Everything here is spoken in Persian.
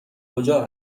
کجا